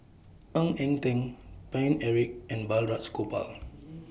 Ng Eng Teng Paine Eric and Balraj Gopal